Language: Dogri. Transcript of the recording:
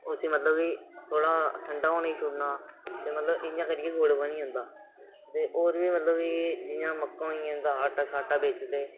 उसी मतलब कि थोह्ड़ा ठंडा होने गी छोड़ना ते मतलब इ'यां करियै गुड़ बनी जंदा ते होर बी मतलब कि जियां मक्कां होई गेइयां उं'दा आटा शाटा बेचदे